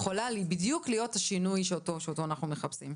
יכולה בדיוק להיות השינוי שאותו אנחנו מחפשים.